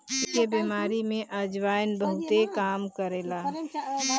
पेट के बेमारी में अजवाईन बहुते काम करेला